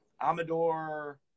Amador